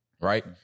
Right